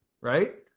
right